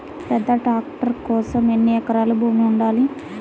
పెద్ద ట్రాక్టర్ కోసం ఎన్ని ఎకరాల భూమి ఉండాలి?